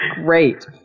Great